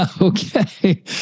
Okay